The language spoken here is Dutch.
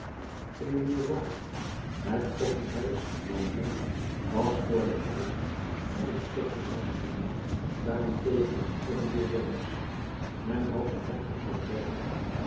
het koffiehuis lemblin was vr den keizer en het koffiehuis valois daarentegen voor de bourbons men had den hertog van berry